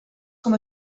com